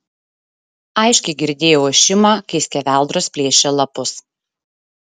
aiškiai girdėjau ošimą kai skeveldros plėšė lapus